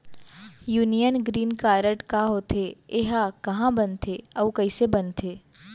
Union green card का होथे, एहा कहाँ बनथे अऊ कइसे बनथे?